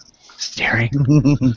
staring